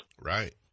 right